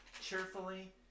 cheerfully